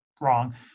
wrong